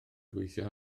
gweithio